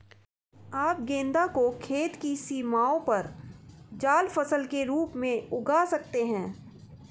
आप गेंदा को खेत की सीमाओं पर जाल फसल के रूप में उगा सकते हैं